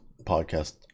podcast